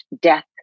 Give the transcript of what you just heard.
Death